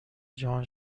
جهان